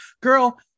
girl